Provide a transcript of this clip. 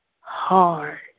hard